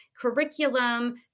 curriculum